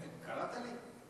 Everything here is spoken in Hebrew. קראת לי?